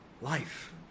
life